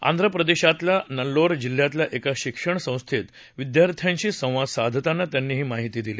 आंध्र प्रदेशातल्या नेल्लोर जिल्ह्यातल्या एका शिक्षण संस्थेत विद्यार्थ्यांशी संवाद साधताना त्यांनी ही माहिती दिली